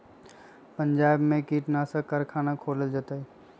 पंजाब में कीटनाशी कारखाना खोलल जतई